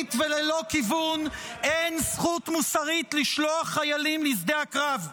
תוכנית וללא כיוון אין זכות מוסרית לשלוח חיילים לשדה הקרב.